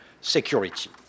security